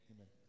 Amen